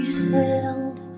held